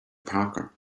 parker